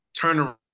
turnaround